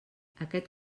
aquest